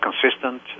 consistent